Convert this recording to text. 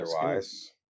otherwise